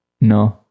No